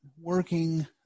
working